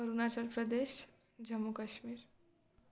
Arunachal Pradesh Jammu Kashmir